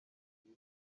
isi